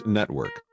Network